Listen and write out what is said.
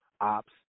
ops